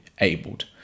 abled